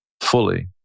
fully